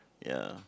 ya